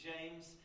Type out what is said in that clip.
James